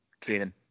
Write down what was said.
training